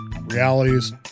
realities